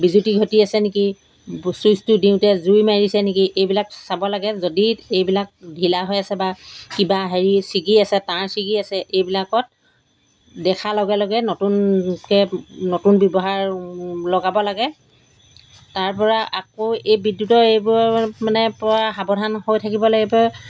বিজুতি ঘটি আছে নেকি ছুইচটো দিওঁতে জুই মাৰিছে নেকি এইবিলাক চাব লাগে যদি এইবিলাক ঢিলা হৈ আছে বা কিবা হেৰি ছিগি আছে তাঁৰ ছিগি আছে এইবিলাক দেখাৰ লগে লগে নতুনকৈ নতুন ব্যৱহাৰ লগাব লাগে তাৰপৰা আকৌ এই বিদ্যুতৰ এইবোৰৰ মানে পৰা সাৱধান হৈ থাকিব লাগিব